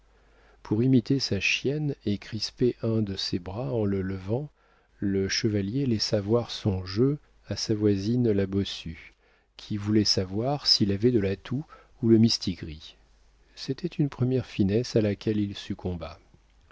pour imiter sa chienne et crisper un de ses bras en le levant le chevalier laissa voir son jeu à sa voisine la bossue qui voulait savoir s'il avait de l'atout ou le mistigris c'était une première finesse à laquelle il succomba